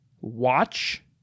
watch